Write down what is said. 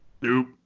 Nope